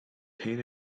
pain